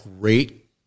great